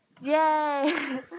yay